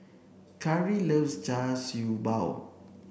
Kari loves Char Siew Bao